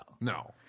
No